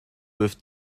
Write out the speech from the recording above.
with